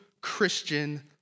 Christian